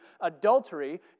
adultery